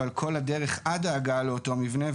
אבל כל הדרך עד הגעה לאותו מבנה,